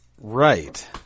Right